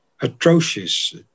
atrocious